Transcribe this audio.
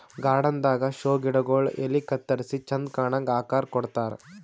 garden ದಾಗಾ show ಗಿಡಗೊಳ್ ಎಲಿ ಕತ್ತರಿಸಿ ಚಂದ್ ಕಾಣಂಗ್ ಆಕಾರ್ ಕೊಡ್ತಾರ್